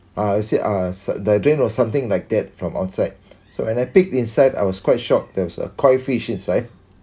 ah you see uh the drain was something like that from outside so when I peek the inside I was quite shocked there was a koi fish inside